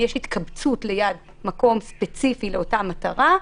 אם יש התקבצות ליד מקום ספציפי לאותה מטרה,